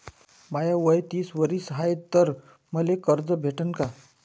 माय वय तीस वरीस हाय तर मले कर्ज भेटन का?